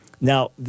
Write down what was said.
Now